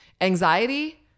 Anxiety